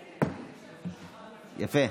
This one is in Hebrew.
יפה.